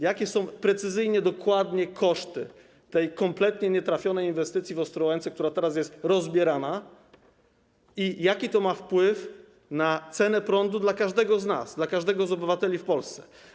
Jakie są precyzyjnie, dokładnie koszty tej kompletnie nietrafionej inwestycji w Ostrołęce, która teraz jest rozbierana, i jaki to ma wpływ na cenę prądu dla każdego z nas, dla każdego z obywateli w Polsce?